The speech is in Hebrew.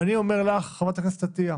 ואני אומר לך, חברת הכנסת עטייה: